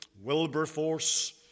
Wilberforce